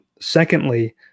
Secondly